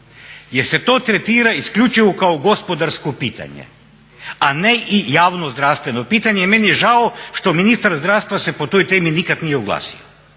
jer se to tretira isključivo kao gospodarsko pitanje, a ne i javno zdravstveno pitanje. Meni je žao što ministar zdravstva se po toj temi nikad nije oglasio,